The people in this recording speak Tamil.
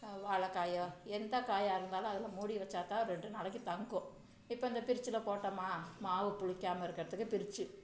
வாழைக்காயோ எந்த காயாக இருந்தாலும் அதில் மூடி வச்சால் தான் ரெண்டு நாளைக்கு தங்கும் இப்போ இந்த பிரிட்ஜ்ல போட்டோமா மாவு புளிக்காமல் இருக்கிறதுக்கு பிரிட்ஜு